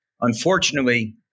Unfortunately